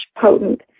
potent